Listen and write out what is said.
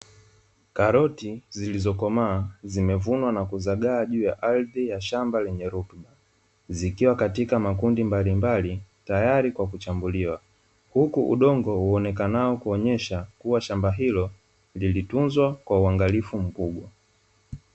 Karoti zilizokomaa zimevunwa na kuzagaa juu ya ardhi ya shamba lenye rutuba, zikiwa katika makundi mbalimbali tayari kwa kuchambuliwa, huku udongo uonekanao kuonyesha kuwa shamba hilo, lilitunzwa kwa uangalifu mkubwa.